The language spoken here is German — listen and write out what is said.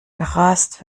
gerast